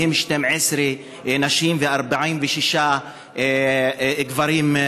בהם 12 נשים ו-46 גברים.